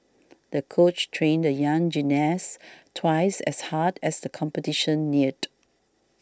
the coach trained the young gymnast twice as hard as the competition neared